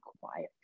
quiet